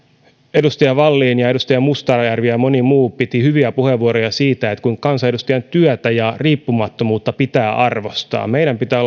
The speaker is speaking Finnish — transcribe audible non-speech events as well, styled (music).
edustaja wallin ja edustaja mustajärvi ja moni muu pitivät hyviä puheenvuoroja siitä kuinka kansanedustajan työtä ja riippumattomuutta pitää arvostaa meidän pitää (unintelligible)